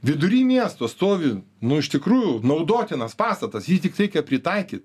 vidury miesto stovi nu iš tikrųjų naudotinas pastatas jį tik reikia pritaikyt